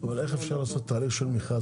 אבל איך אפשר לעשות תהליך של מכרז?